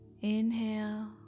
Inhale